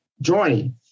joining